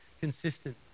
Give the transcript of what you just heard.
consistent